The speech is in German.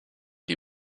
die